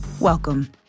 welcome